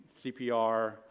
CPR